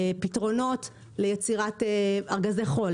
פתרונות ליצירת ארגזי חול,